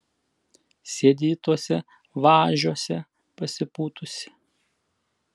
sėdi ji tuose važiuose pasipūtusi